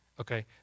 okay